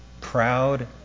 proud